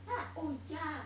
then I like oh ya